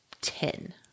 ten